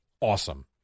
Awesome